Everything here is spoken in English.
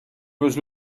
was